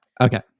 Okay